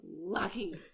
lucky